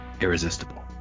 irresistible